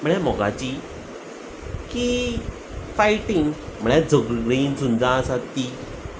म्हळ्यार मोगाची की फायटींग म्हळ्यार झगडी झुंजां आसात ती